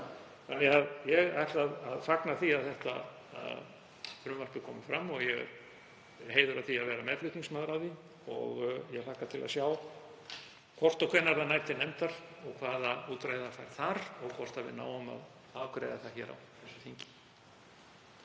og sex. Ég ætla að fagna því að þetta frumvarp er komið fram. Mér er heiður að því að vera meðflutningsmaður á því. Ég hlakka til að sjá hvort og hvenær það nær til nefndar, hvaða útreið það fær þar og hvort við náum að afgreiða það á þessu þingi.